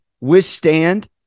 withstand